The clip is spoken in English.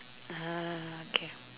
uh okay